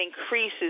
increases